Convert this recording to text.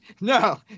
no